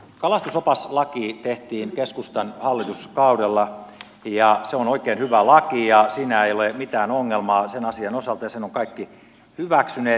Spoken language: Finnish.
kalastusopaslaki tehtiin keskustan hallituskaudella ja se on oikein hyvä laki eikä siinä ole mitään ongelmaa sen asian osalta ja sen ovat kaikki hyväksyneet